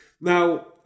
Now